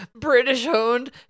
British-owned